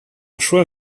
choix